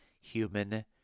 human